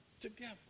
together